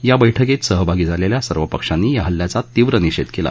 या बैठकीत सहभागी झालेल्या सर्व पक्षांनी या हल्याचा तीव्र निषेध केला